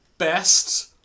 Best